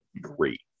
great